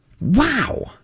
wow